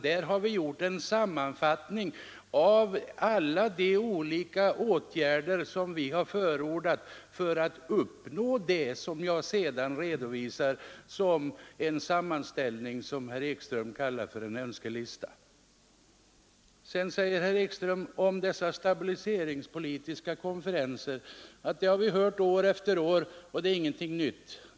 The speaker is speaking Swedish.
Där har vi gjort en sammanfattning av alla de olika åtgärder som vi förordat för att uppnå det jag sedan redovisade i den sammanställning som herr Ekström kallade för en önskelista. Herr Ekström anförde att han år efter år hört talet om stabiliseringspolitiska konferenser och att det inte var någonting nytt.